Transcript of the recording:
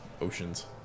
oceans